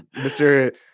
Mr